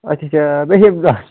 اَچھا اَچھا مےٚ چھِ